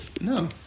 No